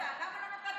אז למה לא נתת?